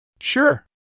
Sure